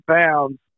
pounds